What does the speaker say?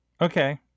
Okay